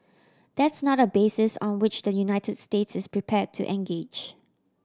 that's not a basis on which the United States is prepare to engage